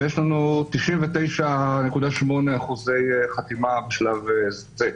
ויש לנו 99.8% חתימה בשלב זה.